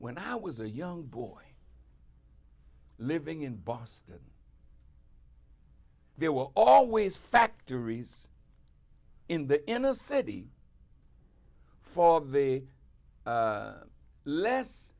when i was a young boy living in boston there will always factories in the inner city for the less